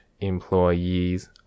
employees